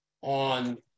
on